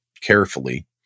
carefully